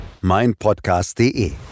meinpodcast.de